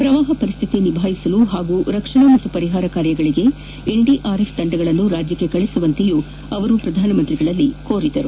ಪ್ರವಾಪ ಪರಿಸ್ತಿತಿ ನಿಭಾಯಿಸಲು ಹಾಗೂ ರಕ್ಷಣಾ ಮತ್ತು ಪರಿಹಾರ ಕಾರ್ಯಗಳಿಗೆ ಎನ್ಡಿಆರ್ಎಫ್ ತಂಡಗಳನ್ನು ರಾಜ್ಯಕ್ಷೆ ಕಳುಹಿಸುವಂತೆ ಅವರು ಪ್ರಧಾನಿ ಅವರಲ್ಲಿ ಕೋರಿದರು